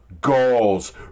goals